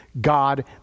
God